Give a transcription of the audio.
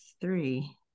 three